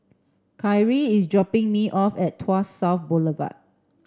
Kyrie is dropping me off at Tuas South Boulevard